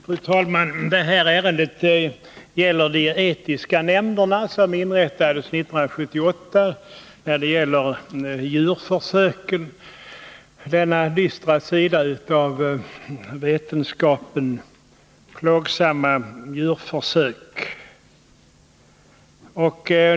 Fru talman! Detta ärende gäller de etiska nämnderna för djurförsök som inrättades 1978. Dessa plågsamma djurförsök är en dyster sida av vetenskapen.